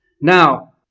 Now